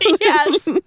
Yes